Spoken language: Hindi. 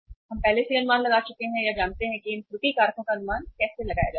हम पहले से ही अनुमान लगा चुके हैं या जानते हैं कि इन त्रुटि कारकों का अनुमान कैसे लगाया जाता है